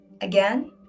Again